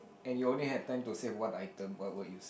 and you only have time to save one item what would you